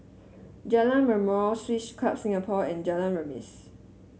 Jalan Mashhor Swiss Club Singapore and Jalan Remis